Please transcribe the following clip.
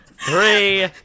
Three